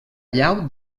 llau